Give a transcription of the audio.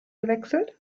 gewechselt